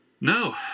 No